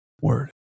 word